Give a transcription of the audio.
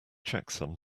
checksum